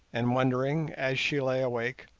and wondering, as she lay awake,